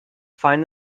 find